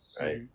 right